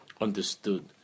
understood